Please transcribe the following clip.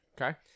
Okay